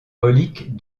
reliques